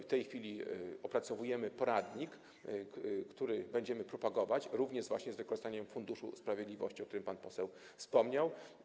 W tej chwili opracowujemy poradnik, będziemy to propagować, również z wykorzystaniem Funduszu Sprawiedliwości, o którym pan poseł wspomniał.